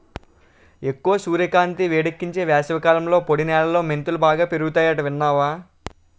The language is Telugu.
ఎక్కువ సూర్యకాంతి, వేడెక్కించే వేసవికాలంలో పొడి నేలలో మెంతులు బాగా పెరుగతాయట విన్నావా